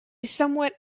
somewhat